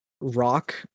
rock